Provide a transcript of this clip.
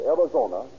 Arizona